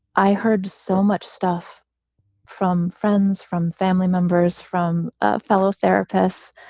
i heard so much stuff from friends, from family members, from ah fellow therapists,